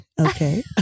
Okay